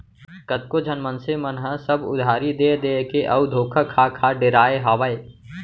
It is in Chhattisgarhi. कतको झन मनसे मन ह सब उधारी देय देय के अउ धोखा खा खा डेराय हावय